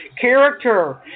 character